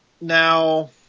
Now